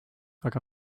aga